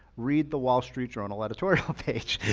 read the wall street journal editorial page.